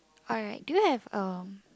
alright do you have uh